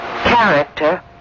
Character